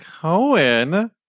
cohen